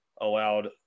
allowed